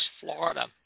Florida